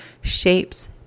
shapes